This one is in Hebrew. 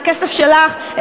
מהכסף שלך,